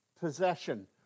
possession